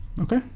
okay